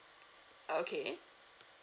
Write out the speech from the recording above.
okay